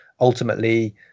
ultimately